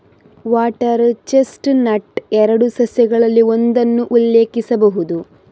water chestnut ಎರಡು ಸಸ್ಯಗಳಲ್ಲಿ ಒಂದನ್ನು ಉಲ್ಲೇಖಿಸಬಹುದು